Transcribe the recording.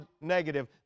negative